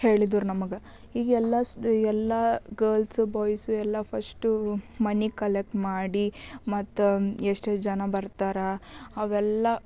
ಹೇಳಿದ್ದರ್ ನಮಗೆ ಈಗೆಲ್ಲ ಎಲ್ಲ ಗರ್ಲ್ಸು ಬಾಯ್ಸು ಎಲ್ಲ ಫಶ್ಟೂ ಮನಿ ಕಲೆಕ್ಟ್ ಮಾಡಿ ಮತ್ತು ಎಷ್ಟು ಜನ ಬರ್ತಾರೆ ಅವೆಲ್ಲ